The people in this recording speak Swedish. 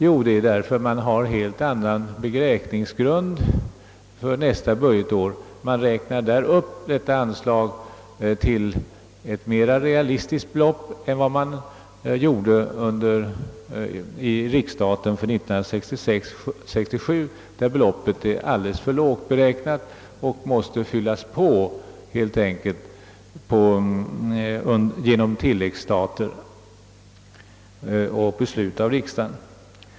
Jo, orsaken är att man har en helt annan beräkningsgrund för nästa budgetår; man räknar där upp anslaget till ett mera realistiskt belopp än i riksstaten för 1966/67, där beloppet är alldeles för lågt beräknat och måste fyllas på med tilläggsstater efter beslut av riksdagen.